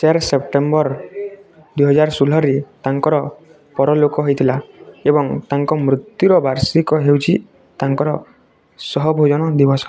ଚାରି ସେପ୍ଟେମ୍ବର ଦୁଇହଜାର ଷୋହଳ ତାଙ୍କର ପରଲୋକ ହୋଇଥିଲା ଏବଂ ତାଙ୍କ ମୃତ୍ୟୁର ବାର୍ଷିକୀ ହେଉଛି ତାଙ୍କର ସହଭୋଜନ ଦିବସ